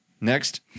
Next